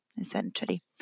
essentially